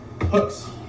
Hooks